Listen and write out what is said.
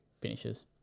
finishes